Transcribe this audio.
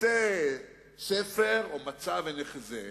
ניתי ספר, או מצע, ונחזה.